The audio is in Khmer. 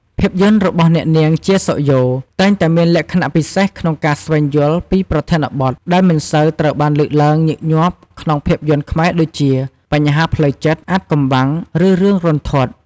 ភាពយន្តរបស់អ្នកនាង ជា សុខយ៉ូ តែងតែមានលក្ខណៈពិសេសក្នុងការស្វែងយល់ពីប្រធានបទដែលមិនសូវត្រូវបានលើកឡើងញឹកញាប់ក្នុងភាពយន្តខ្មែរដូចជា បញ្ហាផ្លូវចិត្ត អាថ៌កំបាំង ឬរឿងរន្ធត់។